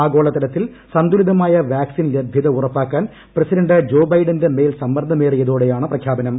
ആഗോള തലത്തിൽ സന്തുലിതമായ വാക്സിൻ ലഭ്യത ഉറപ്പാക്കാൻ പ്രസിഡന്റ് ജോ ബൈഡന്റെ മേൽ സമ്മർദ്ദമേറിയതോടെയാണ് പ്രഖ്യാപനം